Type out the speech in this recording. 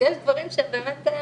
שיש דברים שהם באמת חסרים.